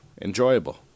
Enjoyable